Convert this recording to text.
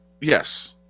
Yes